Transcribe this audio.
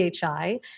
PHI